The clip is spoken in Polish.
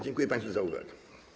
Dziękuję państwu za uwagę.